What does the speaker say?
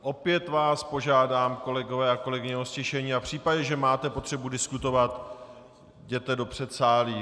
Opět vás požádám, kolegové a kolegyně, o ztišení a v případě, že máte potřebu diskutovat, jděte do předsálí.